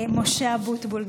משה אבוטבול.